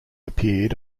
appeared